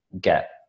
get